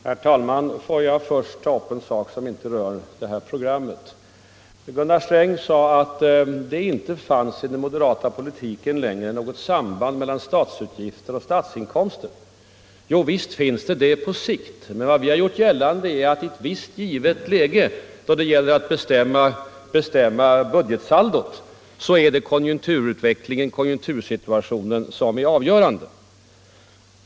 Herr talman! Får jag först ta upp en sak som inte rör det här programmet. Gunnar Sträng sade att det i den moderata politiken inte längre fanns något samband mellan statsutgifter och statsinkomster. Visst finns det det på sikt! Vad vi har hävdat är att i ett visst givet läge, då det gäller att bestämma budgetsaldot, är det konjunktursituationen som är avgörande.